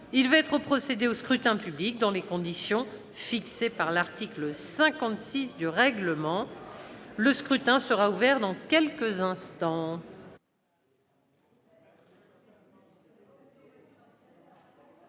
Il va être procédé au scrutin dans les conditions fixées par l'article 56 du règlement. Le scrutin est ouvert. Personne ne demande